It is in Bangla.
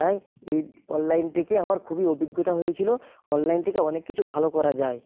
তাই এই অনলাইন থেকে আমার খুবই অভিজ্ঞতা হয়েছিলো অনলাইন থেকে অনেক কিছু ভালো করা যায়